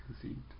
conceived